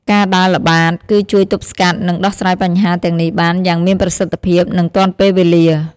ការដើរល្បាត គឺជួយ ទប់ស្កាត់ និង ដោះស្រាយបញ្ហា ទាំងនេះបាន យ៉ាងមានប្រសិទ្ធភាព និងទាន់ពេលវេលា។